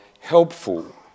helpful